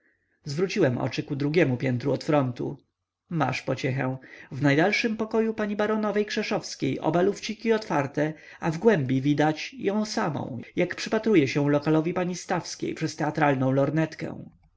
zwróciłem oczy ku drugiemu piętru od frontu masz pociechę w najdalszym pokoju pani baronowej krzeszowskiej oba lufciki otwarte a w głębi widać ją samą jak przypatruje się lokalowi pani stawskiej przez teatralną lorynetkę